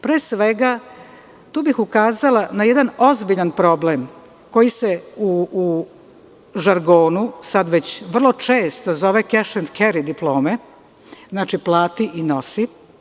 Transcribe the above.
Pre svega, tu bih ukazala na jedan ozbiljan problem koji se u žargonu, sada već vrlo često zove „keš end keri diplome“, što znači – plati i nosi.